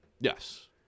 Yes